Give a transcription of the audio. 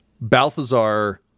Balthazar